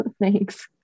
thanks